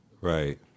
right